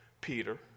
Peter